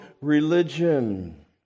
religion